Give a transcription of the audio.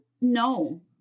No